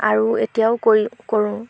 আৰু এতিয়াও কৰি কৰোঁ